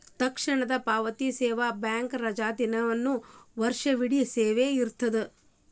ತಕ್ಷಣದ ಪಾವತಿ ಸೇವೆ ಬ್ಯಾಂಕ್ ರಜಾದಿನಾನು ವರ್ಷವಿಡೇ ಸೇವೆ ಇರ್ತದ